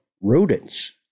rodents